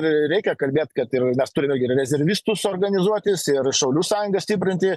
reikia kalbėt kad ir mes turime rezervistus organizuotis ir šaulių sąjungą stiprinti